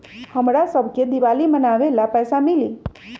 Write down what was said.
हमरा शव के दिवाली मनावेला पैसा मिली?